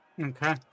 okay